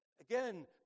Again